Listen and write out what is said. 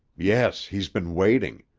yes. he's been waiting.